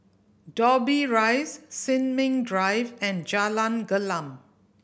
Dobbie Rise Sin Ming Drive and Jalan Gelam